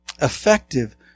effective